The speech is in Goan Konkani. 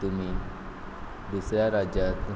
तुमी दुसऱ्या राज्यांत